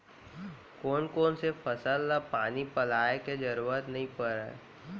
कोन कोन से फसल ला पानी पलोय के जरूरत नई परय?